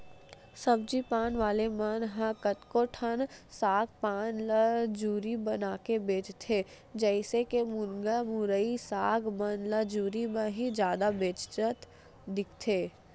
सब्जी पान वाले मन ह कतको ठन साग पान ल जुरी बनाके बेंचथे, जइसे के मुनगा, मुरई, साग मन ल जुरी म ही जादा बेंचत दिखथे